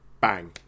bang